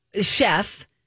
chef